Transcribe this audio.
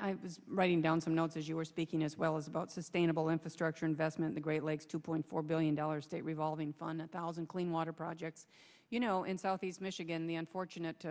i was writing down some notes as you were speaking as well as about sustainable infrastructure investment the great lakes two point four billion dollars state revolving fun a thousand clean water projects you know in southeast michigan the unfortunate